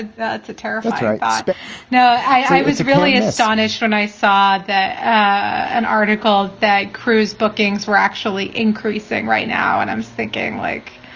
it's a terrible thing, i thought. but now i i was really astonished when i saw that an article that cruise bookings were actually increasing right now and i was thinking like,